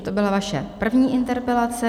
To byla vaše první interpelace.